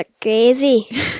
crazy